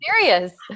serious